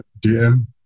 DM